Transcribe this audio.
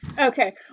Okay